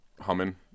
humming